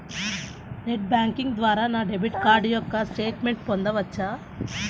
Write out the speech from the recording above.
Net banking ద్వారా నా debit card యొక్క స్టేట్మెంట్ పొందవచ్చా?